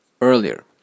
earlier